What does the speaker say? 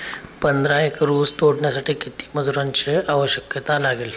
पंधरा एकर ऊस तोडण्यासाठी किती मजुरांची आवश्यकता लागेल?